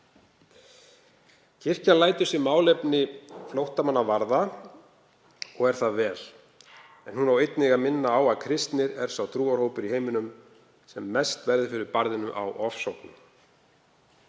Kirkjan lætur sig málefni flóttamanna varða og er það vel en hún á einnig að minna á að kristnir eru sá trúarhópur í heiminum sem verður mest fyrir barðinu á ofsóknum.